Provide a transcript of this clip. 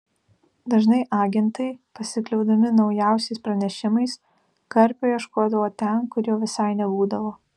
dažnai agentai pasikliaudami naujausiais pranešimais karpio ieškodavo ten kur jo visai nebūdavo